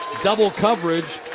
double coverage.